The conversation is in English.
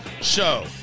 show